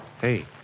Hey